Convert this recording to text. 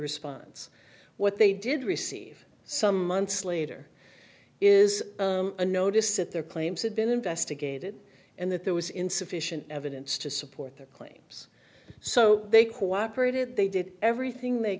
response what they did receive some months later is a notice that their claims had been investigated and that there was insufficient evidence to support their claims so they cooperated they did everything they